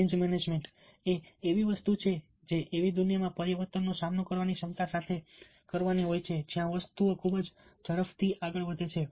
change management એ એવી વસ્તુ છે જે એવી દુનિયામાં પરિવર્તનનો સામનો કરવાની ક્ષમતા સાથે કરવાની હોય છે જ્યાં વસ્તુઓ ખૂબ જ ઝડપથી આગળ વધે છે